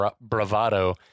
bravado